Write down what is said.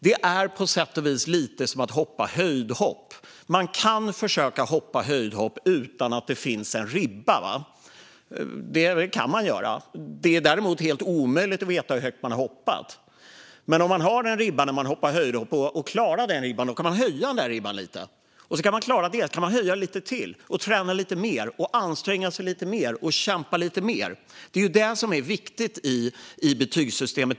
Det här är lite som att hoppa höjdhopp. Man kan försöka hoppa höjdhopp utan att det finns en ribba - det kan man göra. Det är däremot helt omöjligt att veta hur högt man har hoppat. Men om man klarar att hoppa över ribban kan ribban höjas. Så kan den klaras, och sedan kan man höja lite till, träna lite mer, anstränga sig lite mer och kämpa lite mer. Det är viktigt i betygssystemet.